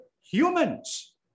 humans